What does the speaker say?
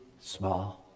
small